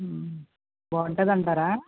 బాగుంటుంది అంటారా